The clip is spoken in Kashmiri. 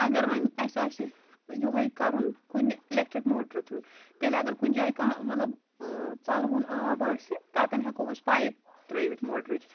اَگر وۄنۍ اَسہِ آسہِ یِہوٚے کَرُن کُنہِ اِلٮ۪کٹِرٛک موٹرٕ تھرٛوٗ تیٚلہِ اگر کُنہِ جایہِ کانٛہہ مطلب ژَلہٕ وُن آب آسہِ تَتٮ۪ن ہٮ۪کو أسۍ پایپ ترٛٲوِتھ موٹرٕچ